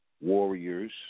Warriors